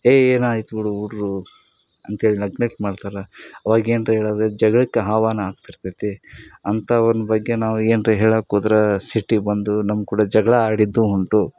ಏಯ್ ಏನಾಯ್ತು ಬಿಡು ಹುಡ್ರು ಅಂತೇಳಿ ನೆಗ್ಲೆಕ್ಟ್ ಮಾಡ್ತಾರೆ ಅವಾಗ ಏನಾರಾ ಹೇಳದು ಜಗಳಕ್ಕೆ ಆಹ್ವಾನ ಆಗ್ತಿರ್ತೈತಿ ಅಂಥವ್ರ ಬಗ್ಗೆ ನಾವು ಏನ್ರ ಹೇಳಕ್ಕೆ ಹೋದ್ರೆ ಸಿಟ್ಟಿಗೆ ಬಂದು ನಮ್ಮ ಕೂಡ ಜಗಳ ಆಡಿದ್ದೂ ಉಂಟು